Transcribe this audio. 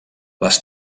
les